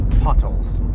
potholes